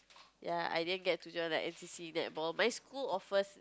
ya I didn't get to join the N_C_C netball my school offers